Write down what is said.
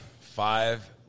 Five